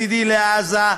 מצדי לעזה,